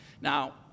Now